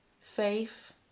faith